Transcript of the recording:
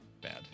bad